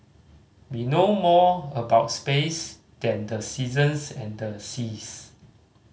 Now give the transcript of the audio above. we know more about space than the seasons and the seas